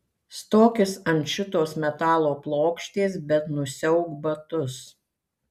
stokis ant šitos metalo plokštės bet nusiauk batus